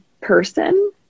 person